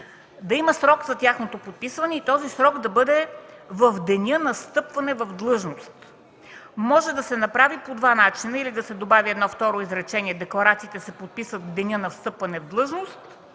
да има срок за тяхното подписване и той да бъде в деня на встъпване в длъжност. Може да се направи по два начина – или да се добави едно второ изречение: „Декларациите се подписват в деня на встъпване в длъжност”.